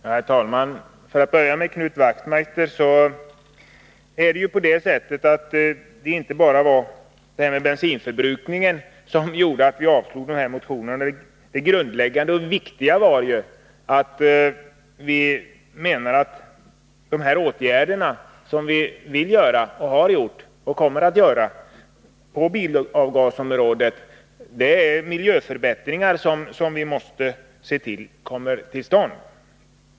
Herr talman! Jag vill börja med att säga till Knut Wachtmeister att det inte bara var förslagen beträffande bensinförbrukningen som gjorde att utskottet avstyrkte motionen. Det viktigaste var miljösynpunkterna. De åtgärder som vi har vidtagit och som vi kommer att fortsätta med för att minska bilavgaser innebär miljöförbättringar, som måste komma att fortsätta.